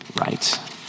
right